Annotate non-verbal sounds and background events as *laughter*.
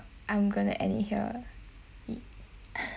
I'm gonna end it here *laughs*